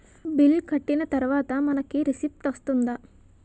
Bill కట్టిన తర్వాత మనకి రిసీప్ట్ వస్తుందా?